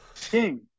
King